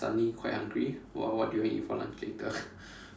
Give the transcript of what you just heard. suddenly quite hungry what what do you want eat for lunch later